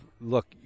look